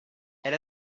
elle